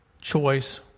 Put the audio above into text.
choice